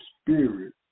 spirit